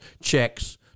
checks